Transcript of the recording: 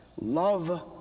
love